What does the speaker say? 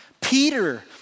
Peter